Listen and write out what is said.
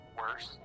worse